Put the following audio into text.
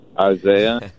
Isaiah